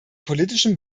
politischem